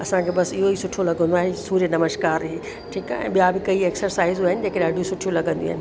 असांखे बसि इहो ई सुठो लॻंदो आहे सूर्य नमस्कार ठीकु आहे ऐं ॿिया बि कई एक्सरसाइज़ियूं आहिनि जेके ॾाढियूं सुठियूं लॻंदियूं आहिनि